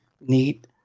neat